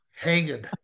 hanging